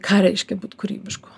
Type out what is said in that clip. ką reiškia būt kūrybišku